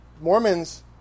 Mormons